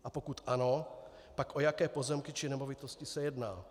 A pokud ano, pak o jaké pozemky či nemovitosti se jedná?